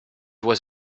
was